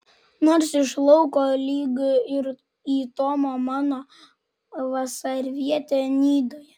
nors iš lauko lyg ir į tomo mano vasarvietę nidoje